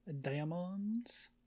diamonds